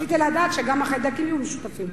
רציתי לדעת שגם החיידקים יהיו משותפים.